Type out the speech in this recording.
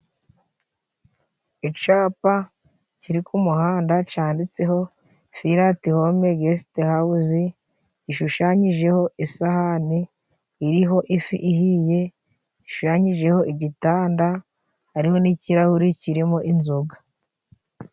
Icapa kiri ku muhanda canditseho filati home gesite hawuzi ishushanyijeho isahani iriho ifi ihiye ishushanyijeho igitanda hariho n'ikirahuri kirimo inzoga.